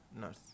Nurse